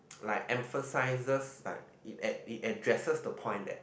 like emphasises like it ad~ it addresses the point that